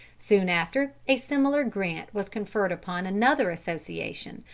soon after, a similar grant was conferred upon another association,